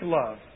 love